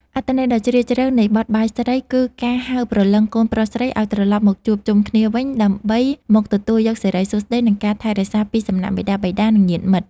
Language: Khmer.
អត្ថន័យដ៏ជ្រាលជ្រៅនៃបទបាយស្រី គឺការហៅព្រលឹងកូនប្រុសស្រីឱ្យត្រឡប់មកជួបជុំគ្នាវិញ ដើម្បីមកទទួលយកសិរីសួស្តី និងការថែរក្សាពីសំណាក់មាតាបិតា និងញាតិមិត្ត។